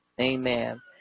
amen